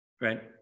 right